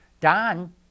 Don